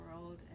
world